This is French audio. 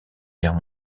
guerre